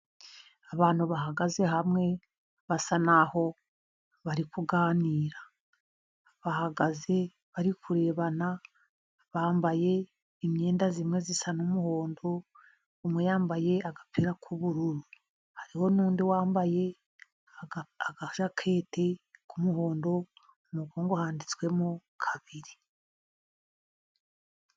Abantu bahagaze hamwe basa naho bari kuganira, bahagaze bari kurebana, bambaye imyenda imwe isa n'umuhondo ,umwe yambaye agapira k'ubururu, hariho n'undi wambaye agashakete k'umuhondo, mu mugongo handitswemo kabiri.